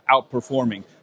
outperforming